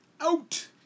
out